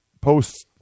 posts